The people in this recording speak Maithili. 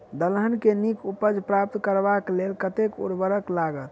दलहन केँ नीक उपज प्राप्त करबाक लेल कतेक उर्वरक लागत?